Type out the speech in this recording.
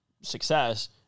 success